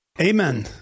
Amen